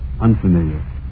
unfamiliar